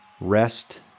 rest